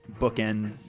bookend